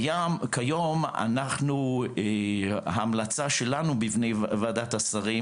כיום ההמלצה שלנו בפני ועדת השרים,